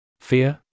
Fear